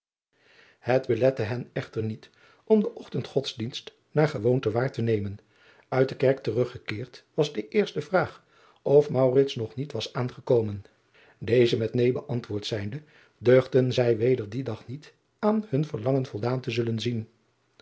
et belette hen echter niet om den ochtend godsdienst naar gewoonte waar te nemen it de kerk teruggekeerd was de eerste vraag of nog niet was aangekomen eze met neen beantwoord zijnde duchtten zij weder dien dag niet aan hun verlangen voldaan te zullen zien